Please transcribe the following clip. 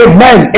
Amen